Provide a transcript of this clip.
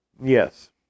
Yes